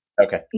okay